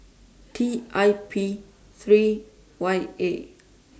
T I P three Y A